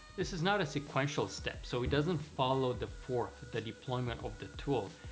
this is not a sequential step, so it doesn't follow the fourth, the deployment of the tool,